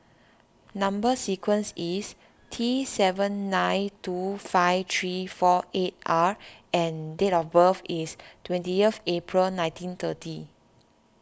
Number Sequence is T seven nine two five three four eight R and date of birth is twentieth April nineteen thirty